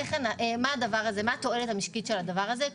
מה התועלת המשקית לדבר הזה?